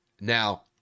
Now